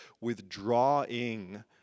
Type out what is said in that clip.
withdrawing